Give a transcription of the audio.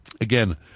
again